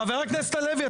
חבר הכנסת הלוי,